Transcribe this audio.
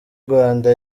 rwanda